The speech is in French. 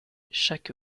chaque